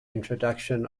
introduction